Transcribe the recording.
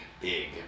big